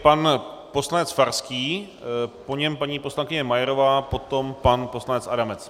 Pan poslanec Farský, po něm paní poslankyně Majerová, potom pan poslanec Adamec.